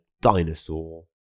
dinosaur